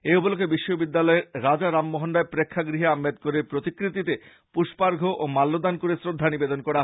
এ উপলক্ষ্যে বিশ্ববিদ্যালয়ের রাজা রামমোহন রায় প্রেক্ষাগ্যহে আম্বেদকারের প্রতিকৃতিতে পুষ্পার্ঘ্য ও মাল্যদান করে শ্রদ্ধা নিবেদন করা হয়